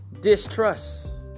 distrust